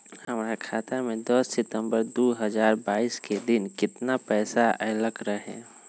हमरा खाता में दस सितंबर दो हजार बाईस के दिन केतना पैसा अयलक रहे?